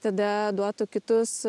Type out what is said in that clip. tada duotų kitus